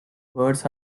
words